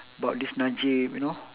about this najib you know